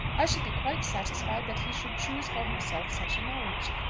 i should be quite satisfied that he should choose for himself such a marriage.